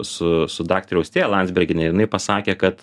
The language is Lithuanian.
su su daktare austėja landsbergiene ir jinai pasakė kad